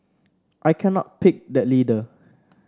I cannot pick that leader